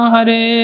Hare